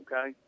okay